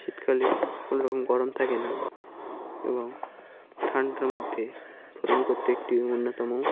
শীতকালে কোনো রকম গরম থাকে না এবং ঠান্ডার মধ্যে ভ্রমণ করতে একটি অন্যতম